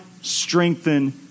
strengthen